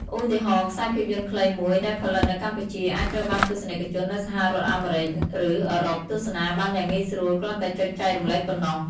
ឧទាហរណ៍ ខ្សែភាពយន្តខ្លីមួយដែលផលិតនៅកម្ពុជា អាចត្រូវបានទស្សនិកជននៅសហរដ្ឋអាមេរិក ឬអឺរ៉ុបទស្សនាបានយ៉ាងងាយស្រួល គ្រាន់តែចុចចែករំលែកប៉ុណ្ណោះ។